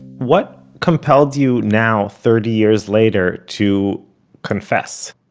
what compelled you now, thirty years later, to confess?